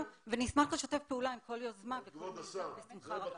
ונשמח לשתף פעולה עם כל יוזמה וכל מיזם בשמחה רבה.